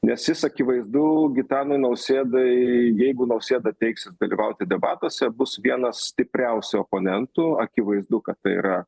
nes jis akivaizdu gitanui nausėdai jeigu nausėda teiksis dalyvauti debatuose bus vienas stipriausių oponentų akivaizdu kad tai yra